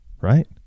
Right